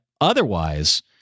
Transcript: otherwise